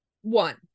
one